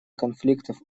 конфликтов